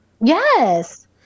Yes